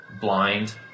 blind